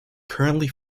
currently